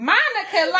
Monica